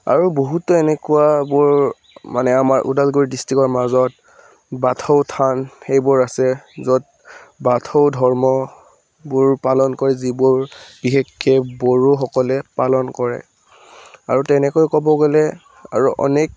আৰু বহুতো এনেকুৱাবোৰ মানে আমাৰ ওদালগুৰি ডিষ্ট্ৰিকৰ মাজত বাথৌ থান এইবোৰ আছে য'ত বাথৌ ধৰ্মবোৰ পালন কৰে যিবোৰ বিশেষকৈ বড়োসকলে পালন কৰে আৰু তেনেকৈ ক'ব গ'লে আৰু অনেক